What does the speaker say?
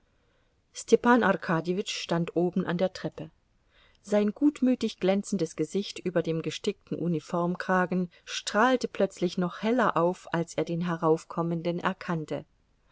arkadjewitsch stand oben an der treppe sein gutmütig glänzendes gesicht über dem gestickten uniformkragen strahlte plötzlich noch heller auf als er den heraufkommenden erkannte